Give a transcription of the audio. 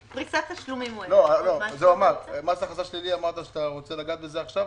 מס הכנסה שלילי רוצה לגעת בזה עכשיו?